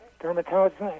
Dermatologist